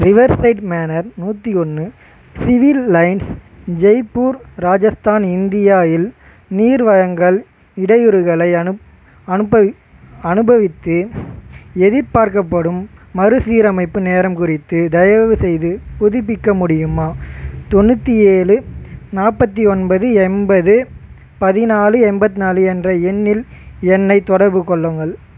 Riverside manor நூற்றி ஒன்று civil line Jaipur Rajasthan இண்டியாயில் நீர் வழங்கல் இடையூறுகளை அனுப் அனுப்ப அனுபவித்து எதிர்பார்க்கப்படும் மறுசீரமைப்பு நேரம் குறித்து தயவுசெய்து புதுப்பிக்க முடியுமா தொண்ணூற்றி ஏழு நாற்பத்தி ஒன்பது எண்பது பதினாலு எண்பத்தி நாலு என்ற எண்ணில் என்னை தொடர்பு கொள்ளுங்கள்